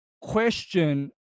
question